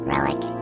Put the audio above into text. Relic